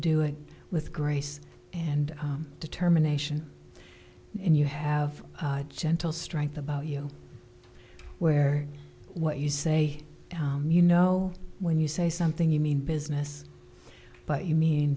do it with grace and determination and you have gentle strength about you where what you say you know when you say something you mean business but you mean